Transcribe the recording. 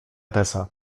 tesa